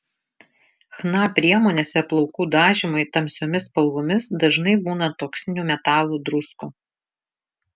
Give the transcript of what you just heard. chna priemonėse plaukų dažymui tamsiomis spalvomis dažnai būna toksinių metalų druskų